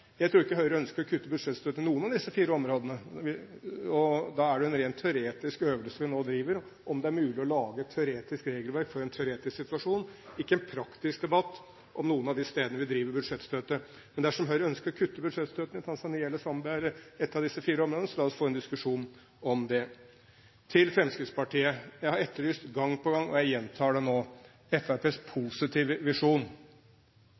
Jeg tror ikke Høyre ønsker å kutte budsjettstøtten til noen av disse fire områdene, og da er det en ren teoretisk øvelse vi nå driver – om det er mulig å lage et teoretisk regelverk for en teoretisk situasjon – ikke en praktisk debatt – på noen av de stedene vi gir budsjettstøtte. Men dersom Høyre ønsker å kutte budsjettstøtten i Tanzania, i Zambia eller i et av disse fire områdene, så la oss få en diskusjon om det. Til Fremskrittspartiet: Jeg har etterlyst gang på gang